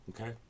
Okay